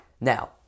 Now